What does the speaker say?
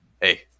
hey